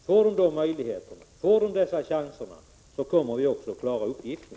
Får de dessa möjligheter och chanser kommer vi också att klara uppgiften.